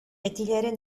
әтиләре